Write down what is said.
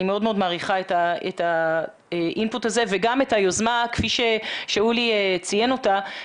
אני מאוד מעריכה את האינפוט הזה וגם את היוזמה כפי ששאולי ציין אותה,